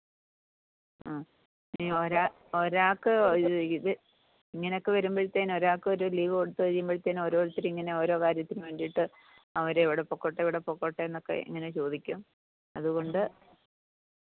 അ ഒരാ ഒരാൾക്ക് ഇത് ഇങ്ങനൊക്കെ വരുമ്പോഴത്തേന് ഒരാൾക്ക് ഒരു ലീവ് കൊടുത്ത് കഴിയുമ്പോഴത്തേന് ഓരോരുത്തരും ഇങ്ങനെ ഓരോ കാര്യത്തിനും വേണ്ടിയിട്ട് അവർ എവിടെ പൊക്കോട്ടെ ഇവിടെ പൊക്കോട്ടെന്നൊക്കെ ഇങ്ങനെ ചോദിക്കും അതുകൊണ്ട്